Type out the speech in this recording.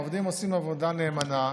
העובדים עושים עבודה נאמנה,